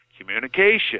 communication